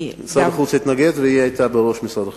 משרד החוץ התנגד, והיא היתה בראש משרד החוץ.